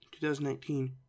2019